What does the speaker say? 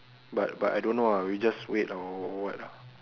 but but I don't know ah we just wait or what ah